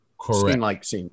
Correct